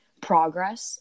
progress